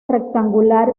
rectangular